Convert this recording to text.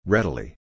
Readily